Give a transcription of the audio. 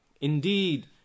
Indeed